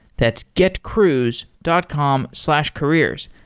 that's getcruise dot com slash careers.